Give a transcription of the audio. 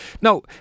Now